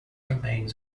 remains